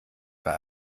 gar